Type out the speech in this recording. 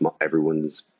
everyone's